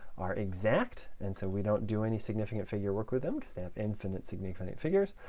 are exact, and so we don't do any significant figure work with them, because they have infinite significant figures,